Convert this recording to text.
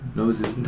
noses